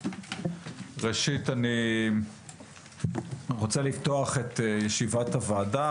ראשית אני רוצה לפתוח את ישיבת הוועדה,